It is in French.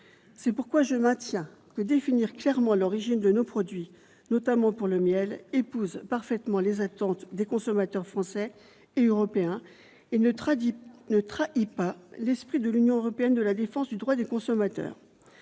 C'est pourquoi je maintiens que définir clairement l'origine de nos produits, notamment pour le miel, épouse parfaitement les attentes des consommateurs français et européens et ne trahit pas l'esprit de l'Union européenne de la défense du droit des consommateurs.